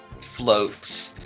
floats